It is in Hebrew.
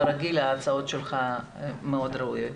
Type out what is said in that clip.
כרגיל ההצעות שלך מאוד ראויות.